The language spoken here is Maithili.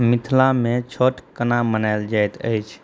मिथिलामे छठि कोना मनाएल जाइत अछि